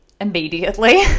immediately